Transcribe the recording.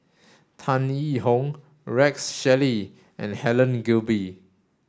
Tan Yee Hong Rex Shelley and Helen Gilbey